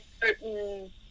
certain